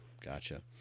Gotcha